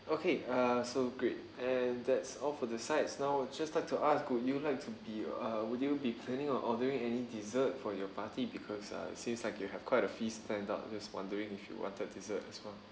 okay uh so great and that's all for the sides now uh just like to ask would you like to be uh would you be planning or ordering any dessert for your party because uh seems like you have quite a feast planned out just wondering if you wanted dessert as well